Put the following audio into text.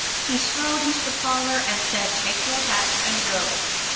he strode into the parlor and said take your hats and go!